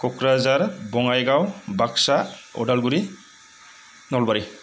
Kokrajhar Bongaigaon Baksa Udalguri Nalbari